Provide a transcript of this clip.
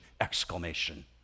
exclamation